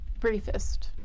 briefest